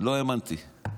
לא האמנתי.